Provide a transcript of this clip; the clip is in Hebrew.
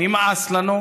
נמאס לנו.